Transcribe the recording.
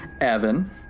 Evan